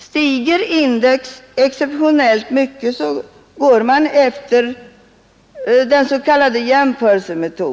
Stiger index exceptionellt mycket tillämpas den s.k. jämförelsemetoden.